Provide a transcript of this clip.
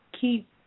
keep